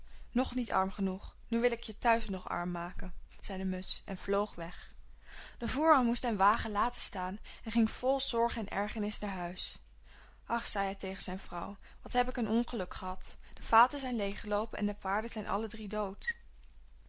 nog niet arm genoeg nu wil ik je thuis nog arm maken zei de musch en vloog weg de voerman moest den wagen laten staan en ging vol zorg en ergernis naar huis ach zei hij tegen zijn vrouw wat heb ik een ongeluk gehad de vaten zijn leeggeloopen en de paarden zijn alle drie dood